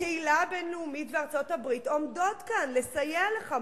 הקהילה הבין-לאומית וארצות-הברית עומדות כאן לסייע לך,